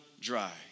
dry